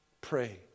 pray